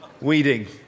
weeding